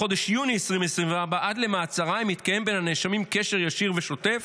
בחודש יוני 2024 עד למעצרם התקיים בין הנאשמים קשר ישיר ושוטף